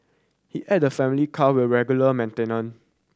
he added the family car were regularly maintained